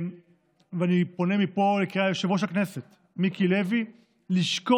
ואני פונה מפה בקריאה ליושב-ראש הכנסת מיקי לוי להוציא